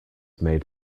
made